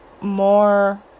more